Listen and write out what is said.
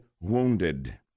wounded